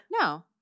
No